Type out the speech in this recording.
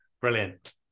Brilliant